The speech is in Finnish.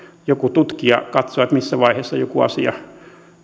joku tutkija katsoa missä vaiheessa joku asia